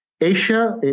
Asia